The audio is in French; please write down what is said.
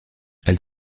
elle